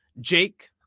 Jake